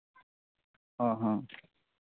ᱚ ᱦᱚᱸ